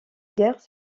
guerre